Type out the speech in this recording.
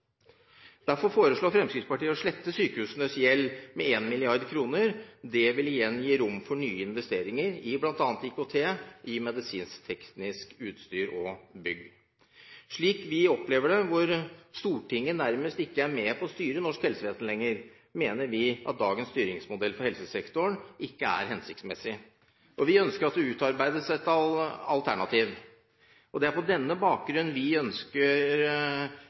Derfor foreslår Fremskrittspartiet å slette sykehusenes gjeld med 1 mrd. kr. Det vil gi rom for nye investeringer i bl.a. IKT, medisinsk-teknisk utstyr og bygg. Vi opplever at Stortinget nærmest ikke er med på å styre norsk helsevesen lenger. Vi mener at dagens styringsmodell for helsesektoren ikke er hensiktsmessig, og vi ønsker at det utarbeides et alternativ. Det er på denne bakgrunn vi ønsker